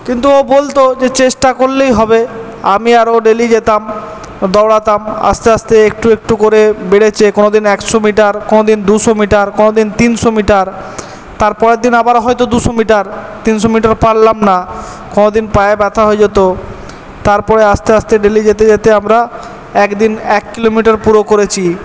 কিন্তু ও বলতো যে চেষ্টা করলেই হবে আমি আর ও ডেলি যেতাম দৌড়াতাম আস্তে আস্তে একটু একটু করে বেড়েছে কোনো দিন একশো মিটার কোনো দিন দুশো মিটার কোনো দিন তিনশো মিটার তারপরের দিন আবার হয়তো দুশো মিটার তিনশো মিটার পারলাম না কোনো দিন পায়ে ব্যথা হয়ে যেত তারপরে আস্তে আস্তে ডেলি যেতে যেতে আমরা একদিন এক কিলোমিটার পুরো করেছি